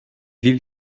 vivent